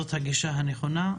זו הגישה הנכונה.